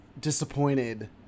disappointed